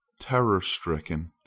terror-stricken